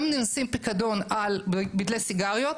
גם אם נשים פיקדון על בדלי סיגריות,